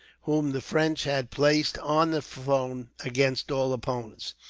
whom the french had placed on the throne, against all opponents.